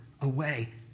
away